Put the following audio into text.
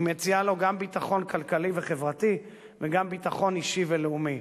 היא מציעה לו גם ביטחון כלכלי וחברתי וגם ביטחון אישי ולאומי.